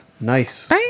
Nice